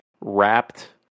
wrapped